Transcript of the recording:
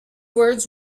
words